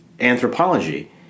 anthropology